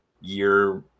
Year